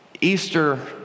Easter